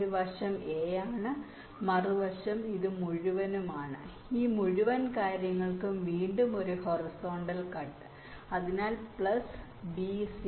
ഒരു വശം എ ആണ് മറുവശം ഇതുമുഴുവനുമാണ് ഈ മുഴുവൻ കാര്യങ്ങൾക്കും വീണ്ടും ഒരു ഹൊറിസോണ്ടൽ കട്ട് ഉണ്ട് അതിനാൽ പ്ലസ് ബി സി